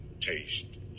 Taste